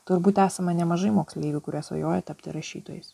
turbūt esama nemažai moksleivių kurie svajoja tapti rašytojais